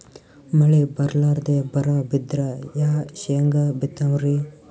ಮಳಿ ಬರ್ಲಾದೆ ಬರಾ ಬಿದ್ರ ಯಾ ಶೇಂಗಾ ಬಿತ್ತಮ್ರೀ?